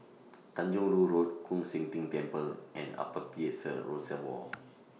Tanjong Rhu Road Koon Seng Ting Temple and Upper Peirce Reservoir